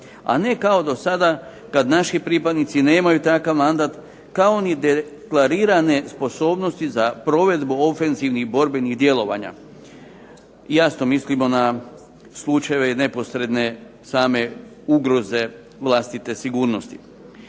a ne kao do sada kad naši pripadnici nemaju takav mandat kao ni deklarirane sposobnosti za provedbu ofenzivnih borbenih djelovanja. Jasno mislimo na slučajeve neposredne same ugroze vlastite sigurnosti.